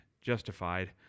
justified